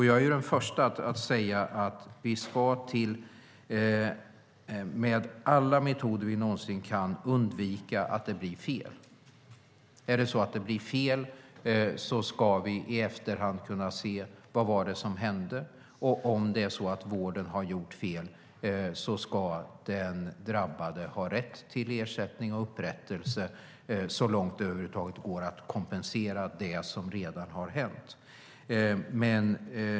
Jag är den förste att säga att vi med alla tänkbara metoder ska undvika att det blir fel. Är det så att det blir fel ska vi i efterhand kunna se vad det var som hände, och om vården har gjort fel ska den drabbade ha rätt till ersättning och upprättelse så långt det över huvud taget är möjligt att kompensera för det som redan har hänt.